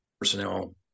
personnel